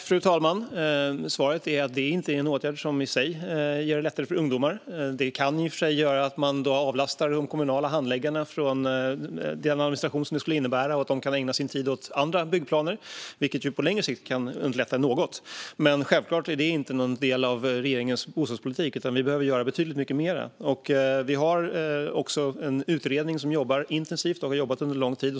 Fru talman! Svaret är att detta inte är en åtgärd som i sig gör det lättare för ungdomar. Det kan i och för sig göra att de kommunala handläggarna avlastas från den administration som detta skulle innebära. De kan då ägna sin tid åt andra byggplaner, vilket på längre sikt kan underlätta något. Självklart är detta inte någon del av regeringens bostadspolitik, utan vi behöver göra betydligt mycket mer. Vi har en utredning som jobbar intensivt och har gjort det under lång tid.